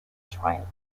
triumph